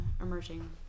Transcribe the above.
emerging